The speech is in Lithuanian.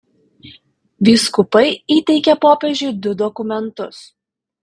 vyskupai įteikė popiežiui du dokumentus